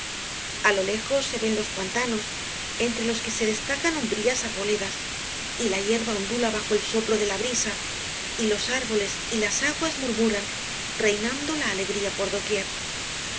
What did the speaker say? cuclillos a lo lejos se ven los pantanos entre los que se destacan umbrías arboledas y la hierba ondula bajo el soplo de la brisa y los árboles y las aguas murmuran reinando la alegría por doquier